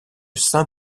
saint